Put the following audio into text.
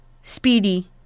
speedy